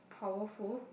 powerful